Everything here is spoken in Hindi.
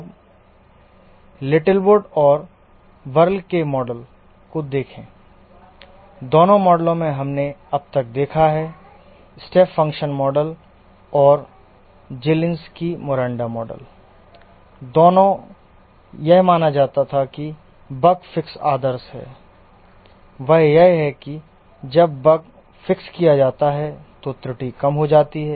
अब लिटिलवुड और वर्ल के model Littlewood and Verall's model को देखें दोनों मॉडलों में हमने अब तक देखा है स्टेप फंक्शन मॉडल और जेलिंस्की मोरंडा मॉडल दोनों यह माना जाता था कि बग फिक्स आदर्श है वह यह है कि जब बग फिक्स किया जाता है तो त्रुटि कम हो जाती है